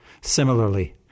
Similarly